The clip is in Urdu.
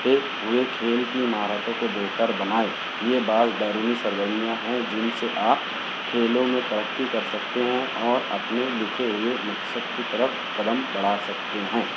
ایک ہوئے کھیل کی مہارتوں کو بہتر بنائے یہ بعض بیرونی سرگرمیاں ہیں جن سے آپ کھیلوں میں ترقی کر سکتے ہیں اور اپنے لکھے ہوئے مقصد کی طرف قدم بڑھا سکتے ہیں